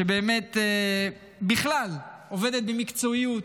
שבאמת בכלל עובדת במקצועיות,